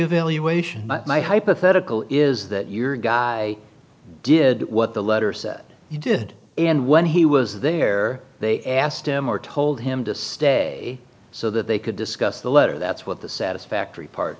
valuation my hypothetical is that your guy did what the letter said you did and when he was there they asked him or told him to stay so that they could discuss the letter that's what the satisfactory part